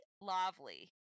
Lovely